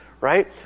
right